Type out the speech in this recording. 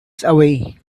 away